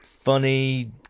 funny